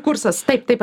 kursas taip taip